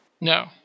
No